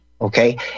okay